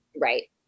Right